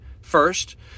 First